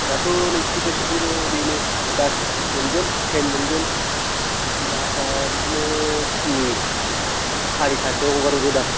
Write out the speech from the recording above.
दाथ' नोंसिनिफ्राय सफैनो बेनो बास मोनगोन ट्रेन मोनगोन बासआ बिदिनो फुंनि सारिथासोआव हगारहरोदां